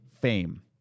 fame